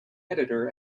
editor